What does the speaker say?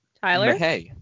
Tyler